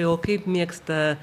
o kaip mėgsta